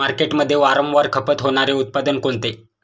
मार्केटमध्ये वारंवार खपत होणारे उत्पादन कोणते?